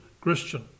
Christian